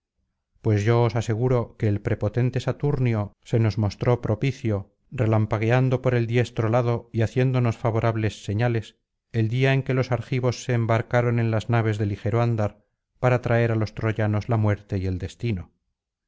pues yo os aseguro que el prepotente saturnio se nos mostró propicio relampagueando por el diestro lado y haciéndonos favorables señales el día en que los argivos se embarcaron en las naves de ligero andar para traer á los troyanos la muerte y el destino